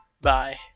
Bye